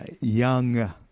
young